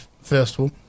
festival